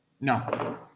No